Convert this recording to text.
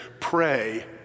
pray